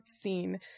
seen